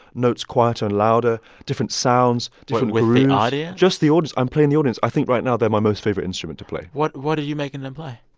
notes quieter and louder, different sounds, different. with the audience? just the ah audience. i'm playing the audience. i think right now they're my most favorite instrument to play what what are you making them play?